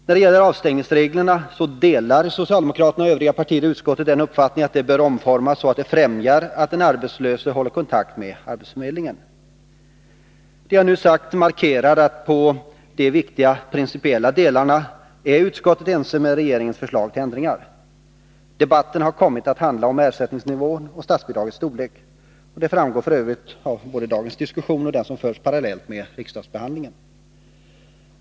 När det gäller avstängningsreglerna delar socialdemokraterna och övriga partier i utskottet den uppfattningen att de bör omformas så att de främjar att den arbetslöse håller kontakt med arbetsförmedlingen. Det jag nu sagt markerar att i de viktiga principiella delarna är utskottet ense med regeringen om dess förslag till förändringar. Debatten har då kommit att handla om ersättningsnivån och statsbidragets storlek. Det framgår f. ö. av både dagens diskussion och den som förts parallellt med riksdagsbehandlingen.